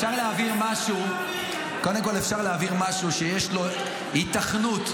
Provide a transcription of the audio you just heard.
אפשר להעביר משהו שיש לו היתכנות,